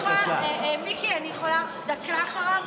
מיקי, אני יכולה דקה אחריו?